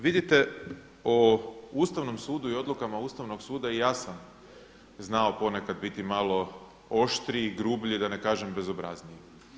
Vidite o Ustavnom sudu i odlukama Ustavnog suda ja sam znao ponekad biti malo oštriji, grublji, da ne kažem bezobrazniji.